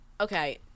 okay